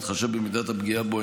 בהתחשב במידת הפגיעה בו,